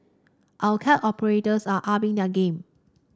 our cab operators are upping their game